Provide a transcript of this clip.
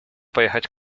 pojechać